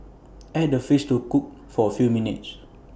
add the fish to cook for A few minutes